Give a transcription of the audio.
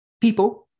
people